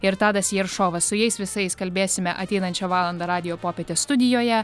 ir tadas jeršovas su jais visais kalbėsime ateinančią valandą radijo popietės studijoje